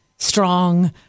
strong